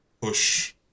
push